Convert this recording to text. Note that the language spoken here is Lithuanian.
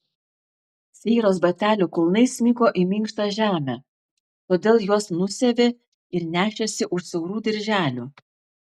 seiros batelių kulnai smigo į minkštą žemę todėl juos nusiavė ir nešėsi už siaurų dirželių